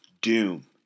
Doom